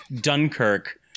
Dunkirk